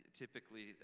typically